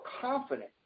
confident